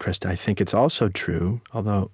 krista, i think it's also true although